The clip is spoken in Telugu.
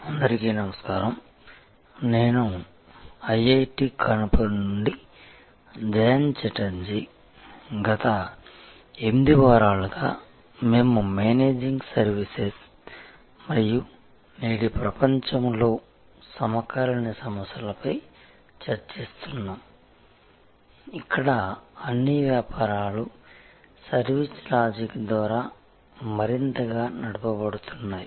అందరికీ నమస్కారం నేను ఐఐటీ కాన్పూర్ నుండి జయంత ఛటర్జీ గత 8 వారాలుగా మేము మేనేజింగ్ సర్వీసెస్ మరియు నేటి ప్రపంచంలో సమకాలీన సమస్యలపై చర్చిస్తున్నాము ఇక్కడ అన్ని వ్యాపారాలు సర్వీసు లాజిక్ ద్వారా మరింతగా నడపబడుతున్నాయి